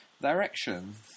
directions